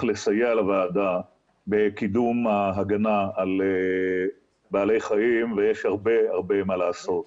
לסייע לוועדה בקידום ההגנה על בעלי חיים ויש הרבה מה לעשות.